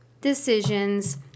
decisions